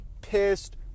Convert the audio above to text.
pissed